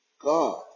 God